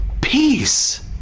peace